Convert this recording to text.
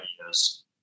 ideas